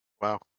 Wow